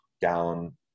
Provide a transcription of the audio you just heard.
down